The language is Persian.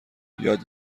یاد